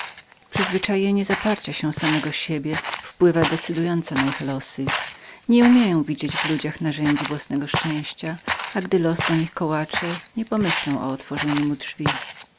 ten zaparcia się samego siebie wpływa na ich przeznaczenie nie mogą widzieć w ludziach narzędzi własnego szczęścia a gdy los do nich kołace nie pomyślą o otworzeniu